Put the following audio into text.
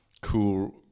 cool